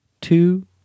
two